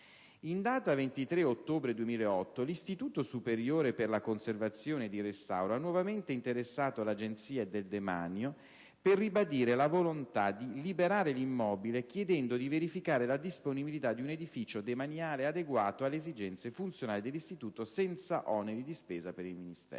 In data 23 ottobre 2008, l'Istituto superiore per la conservazione ed il restauro ha nuovamente interessato l'Agenzia del demanio per ribadire la volontà di liberare l'immobile chiedendo di verificare la disponibilità di un edificio demaniale adeguato alle esigenze funzionali dell'Istituto, senza oneri di spesa per il Ministero.